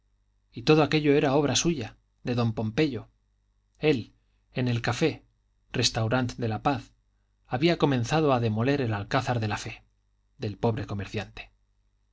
y todo aquello era obra suya de don pompeyo él en el café restaurant de la paz había comenzado a demoler el alcázar de la fe del pobre comerciante